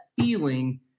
feeling